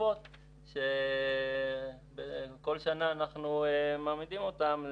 השוטפות שבכל שנה אנחנו מעמידים אותם.